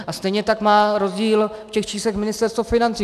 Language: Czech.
A stejně tak má rozdíl v těch číslech Ministerstvo financí.